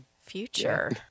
future